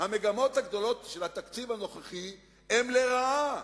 המגמות הגדולות של התקציב הנוכחי הן לרעה,